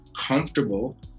comfortable